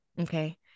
Okay